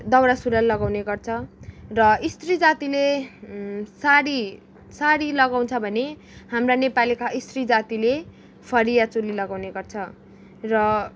दाउरा सुरुवाल लगाउने गर्छ र सत्री जातिले सारी सारी लगाउछ भने हाम्रा नेपालीका सत्री जातिले फरिया चोली लगाउने गर्छ र